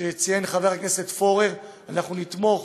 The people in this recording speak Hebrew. כפי שציין חבר הכנסת פורר, אנחנו נתמוך